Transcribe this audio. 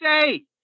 say